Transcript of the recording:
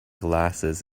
glasses